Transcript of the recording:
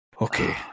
Okay